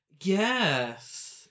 Yes